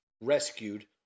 rescued